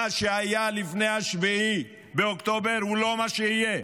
מה שהיה לפני 7 באוקטובר הוא לא מה שיהיה,